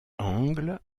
angle